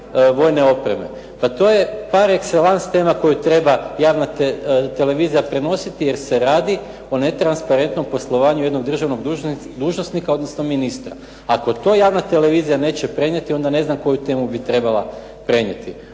vojne opreme. Pa to je par exellance tema koju treba javna televizija prenositi jer se radi o netransparentnom poslovanju jednog državnog dužnosnika odnosno ministra. Ako to javna televizija neće prenijeti onda ne znam koju temu bi trebala prenijeti.